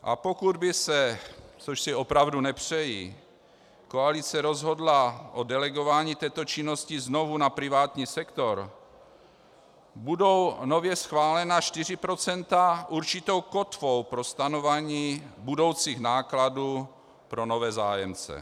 A pokud by se, což si opravdu nepřeji, koalice rozhodla o delegování této činnosti znovu na privátní sektor, budou nově schválená 4 % určitou kotvou pro stanovování budoucích nákladů pro nové zájemce.